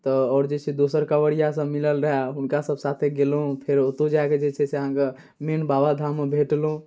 तऽ आओर जे छै से दोसर काँवरियासभ मिलल रहै हुनकासभ साथे गेलहुँ फेर ओतऽ जाकऽ जे छै से अहाँके मेन बाबाधाममे भेटलहुँ